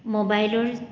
মোবাইলৰ